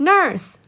Nurse